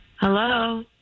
Hello